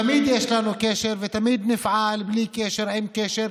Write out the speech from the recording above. תמיד יש לנו קשר ותמיד נפעל, בלי קשר, עם קשר.